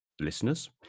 listeners